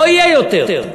לא יהיה יותר.